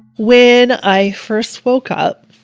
when i first woke up,